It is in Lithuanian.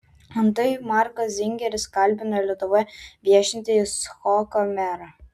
antai markas zingeris kalbina lietuvoje viešintį icchoką merą